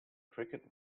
cricket